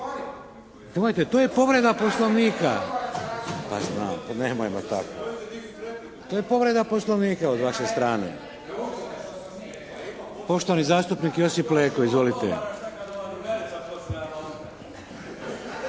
to je povreda Poslovnika. To je povreda Poslovnika od vaše strane. Poštovani zastupnik Josip Leko. Izvolite.